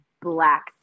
black